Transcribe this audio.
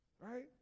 Right